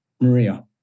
Maria